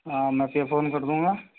हाँ मैं पे फ़ोन कर दूँगा